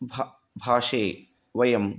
भा भाषे वयम्